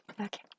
Okay